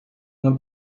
uma